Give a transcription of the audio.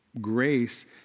grace